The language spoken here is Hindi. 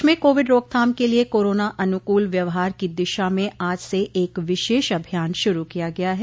देश में कोविड रोकथाम के लिए कोरोना अनुकूल व्यवहार की दिशा में आज से एक विशेष अभियान शुरु किया गया है